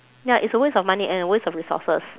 ya it's a waste of money and a waste of resources